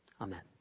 Amen